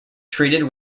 treated